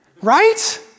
Right